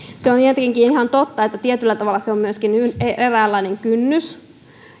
on tietenkin ihan totta että tietyllä tavalla se on myöskin eräänlainen kynnys